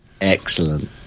Excellent